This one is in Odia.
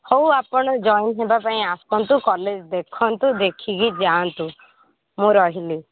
ହଉ ଆପଣ ଜଏନ୍ ହେବା ପାଇଁ ଆସନ୍ତୁ କଲେଜ୍ ଦେଖନ୍ତୁ ଦେଖିକି ଯାଆନ୍ତୁ ମୁଁ ରହିଲି